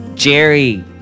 Jerry